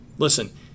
Listen